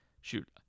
Shoot